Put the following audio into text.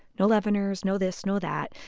no leaveners, no this, no that.